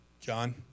John